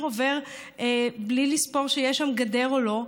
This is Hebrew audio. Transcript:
עובר בלי לספור אם יש שם גדר או לא.